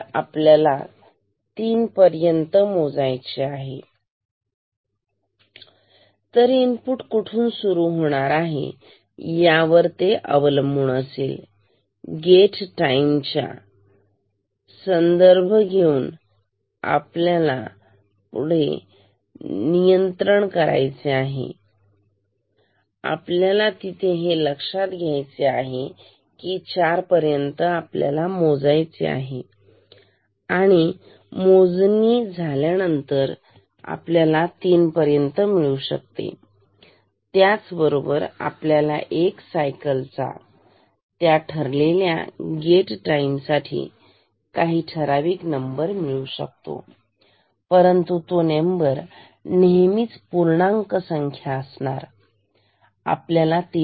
तर आपल्याला मोजायचे आहे तीन पर्यंत तर कुठून इनपुट सुरू होणार आहे त्यावर अवलंबून आणि गेट टाईमच्या टाईम चा संदर्भ घेऊन आपल्याला पुढे नियंत्रण करायचे आहे आपल्याला तिथे हे लक्षात घ्यायचे आहे की चार पर्यंत आपल्याला मोजायचे आहे आणि मोजणी आपल्याला तीन पर्यंत मिळू शकते बरोबर तर आपल्याला एक सायकलचा त्या ठरवलेल्या गे टाईम साठी काही तरी ठराविक नंबर मिळू शकतो परंतु तो नंबर नेहमीच एक पूर्णांक संख्या असणार आपल्याला 3